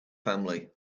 family